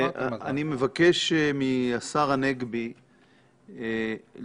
אני מבקש מהשר הנגבי להתייחס,